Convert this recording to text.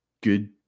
good